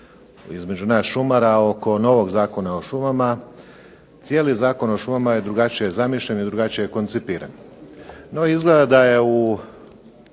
između nas šumara oko novog Zakona o šumama, cijeli Zakon o šumama je drugačije zamišljen i drugačije koncipiran. No, izgleda da je u